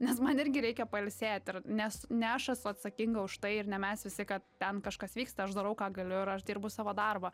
nes man irgi reikia pailsėt ir nes ne aš esu atsakinga už tai ir ne mes visi kad ten kažkas vyksta aš darau ką galiu ir aš dirbu savo darbą